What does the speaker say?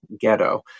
ghetto